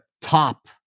top